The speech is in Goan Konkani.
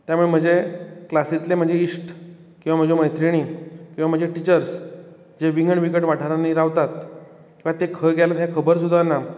त्यामुळे म्हजें क्लासिंतले म्हजे इश्ट किवां म्हज्यो मैत्रिणीं किंवा म्हजे टिचर्स जे विंगड विंगड वाठारांनी रावतात वा ते खंय गेले तें खबर सुद्दां ना